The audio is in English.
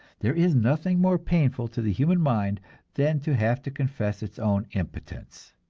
there is nothing more painful to the human mind than to have to confess its own impotence.